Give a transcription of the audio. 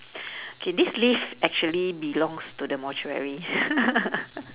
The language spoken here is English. K this lift actually belongs to the mortuary